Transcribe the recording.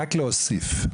רק להוסיף.